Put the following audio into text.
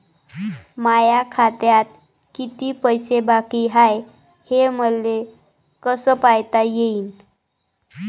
माया खात्यात किती पैसे बाकी हाय, हे मले कस पायता येईन?